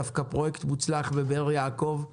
היה דווקא פרויקט מוצלח בבאר יעקב,